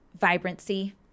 vibrancy